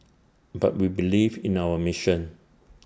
but we believe in our mission